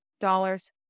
dollars